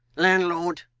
landlord,